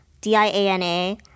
D-I-A-N-A